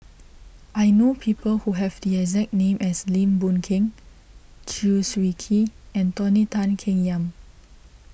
I know people who have the exact name as Lim Boon Keng Chew Swee Kee and Tony Tan Keng Yam